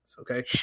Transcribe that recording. Okay